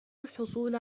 الحصول